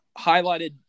highlighted